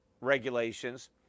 regulations